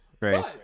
right